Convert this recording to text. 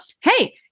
Hey